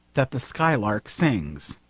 that the skylark sings.